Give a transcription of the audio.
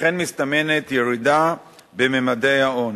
וכן מסתמנת ירידה בממדי העוני.